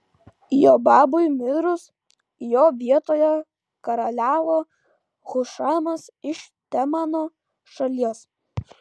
jobabui mirus jo vietoje karaliavo hušamas iš temano šalies